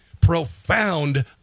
profound